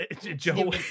Joe